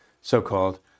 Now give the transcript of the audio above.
so-called